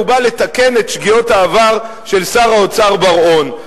והוא בא לתקן את שגיאות העבר של שר האוצר בר-און.